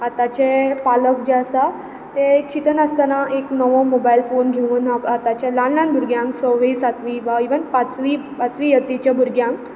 आतांचे पालक जे आसात तें चिंतनास्तना एक नवो मोबायल फोन घेवन आप आतांच्या ल्हान ल्हान भुरग्यांग सव्वे सातवी वा इवन पांचवी पांचवी यत्तेच्या भुरग्यांक